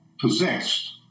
possessed